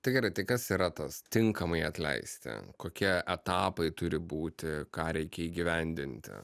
tai gerai tai kas yra tas tinkamai atleisti kokie etapai turi būti ką reikia įgyvendinti